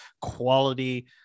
quality